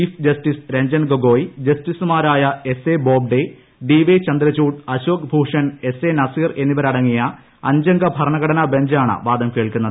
chief justice Ranjan Gogoi ജസ്റ്റിസുമാരായ S A Bobde D Y Chandrachud Ashok Bhushan S A Nazeer എന്നിവരടങ്ങിയ അഞ്ചംഗ ഭരണഘടനാ ബഞ്ചാണ് വാദം കേൾക്കുന്നത്